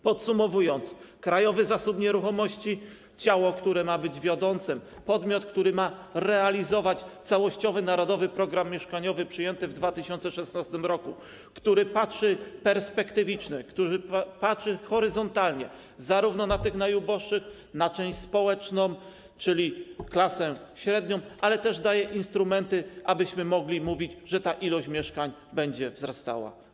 Podsumowując, Krajowy Zasób Nieruchomości to ciało, które ma być wiodące, to podmiot, który ma realizować całościowy „Narodowy program mieszkaniowy” przyjęty w 2016 r., który patrzy perspektywicznie, który patrzy horyzontalnie, zarówno na tych najuboższych, jak i na część społeczną, czyli klasę średnią, ale też daje instrumenty, abyśmy mogli mówić, że ta liczba mieszkań będzie wzrastała.